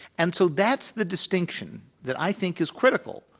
and so that's the distinction that i think is critical,